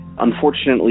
Unfortunately